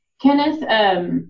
Kenneth